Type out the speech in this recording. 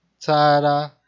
ta-da